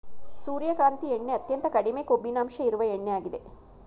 ಸೂರ್ಯಕಾಂತಿ ಎಣ್ಣೆ ಅತ್ಯಂತ ಕಡಿಮೆ ಕೊಬ್ಬಿನಂಶ ಇರುವ ಎಣ್ಣೆಯಾಗಿದೆ